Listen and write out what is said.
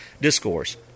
discourse